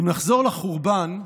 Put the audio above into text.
אם נחזור לחורבן,